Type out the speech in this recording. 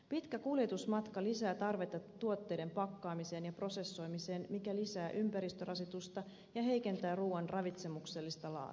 pitkä kuljetusmatka lisää tarvetta tuotteiden pakkaamiseen ja prosessoimiseen mikä lisää ympäristörasitusta ja heikentää ruuan ravitsemuksellista laatua